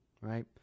right